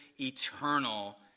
eternal